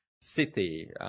city